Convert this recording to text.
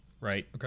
right